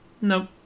nope